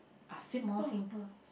is more simple